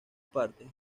partes